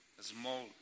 small